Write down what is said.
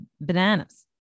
bananas